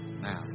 now